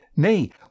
Nay